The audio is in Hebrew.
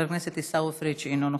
חבר הכנסת עיסאווי פריג' אינו נוכח,